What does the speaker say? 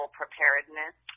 preparedness